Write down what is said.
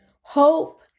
Hope